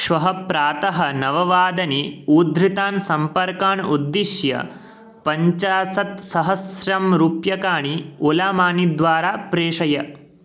श्वः प्रातः नववादने उधृतां सम्पर्कान् उद्दिश्य पञ्चासत्सहस्रं रूप्यकाणि ओला मानिद्वारा प्रेषय